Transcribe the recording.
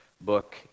book